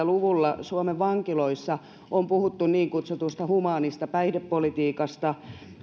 luvulla suomen vankiloissa on puhuttu niin kutsutusta humaanista päihdepolitiikasta